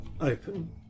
open